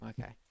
okay